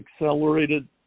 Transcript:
accelerated